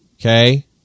Okay